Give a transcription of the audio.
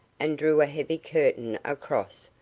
and drew a heavy curtain across,